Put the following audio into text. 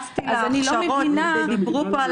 אני התייחסתי להכשרות ודיברו פה על